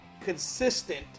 consistent